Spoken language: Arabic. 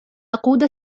أقود